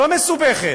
לא מסובכת: